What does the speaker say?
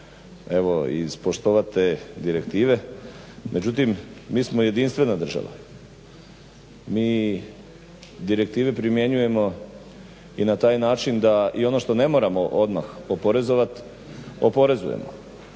evo ispoštovat te direktive. Međutim, mi smo jedinstvena država. Mi direktive primjenjujemo i na taj način da i ono što ne moramo odmah oporezovat oporezujemo.